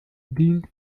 dient